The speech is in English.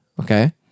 Okay